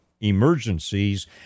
emergencies